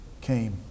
Came